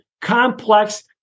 complex